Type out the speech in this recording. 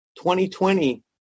2020